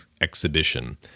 exhibition